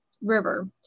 river